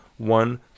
One